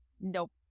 Nope